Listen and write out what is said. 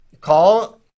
Call